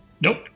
Nope